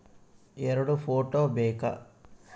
ಎರಡು ಫೋಟೋ ಬೇಕಾ?